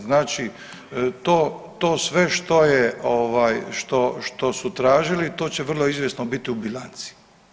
Znači, to sve što je ovaj, što su tražili, to će vrlo izvjesno biti u bilanci.